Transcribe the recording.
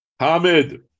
Hamid